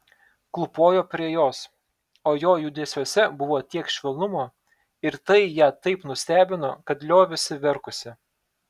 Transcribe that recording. klūpojo prie jos o jo judesiuose buvo tiek švelnumo ir tai ją taip nustebino kad liovėsi verkusi